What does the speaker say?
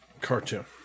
cartoon